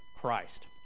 Christ